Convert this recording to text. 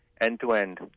end-to-end